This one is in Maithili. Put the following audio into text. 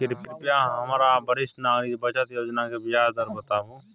कृपया हमरा वरिष्ठ नागरिक बचत योजना के ब्याज दर बताबू